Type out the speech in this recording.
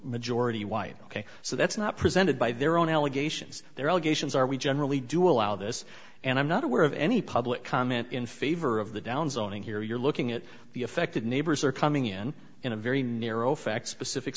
majority white ok so that's not presented by their own allegations their allegations are we generally do allow this and i'm not aware of any public comment in favor of the down zoning here you're looking at the affected neighbors are coming in in a very narrow fact specific